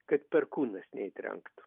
kad perkūnas neįtrenktų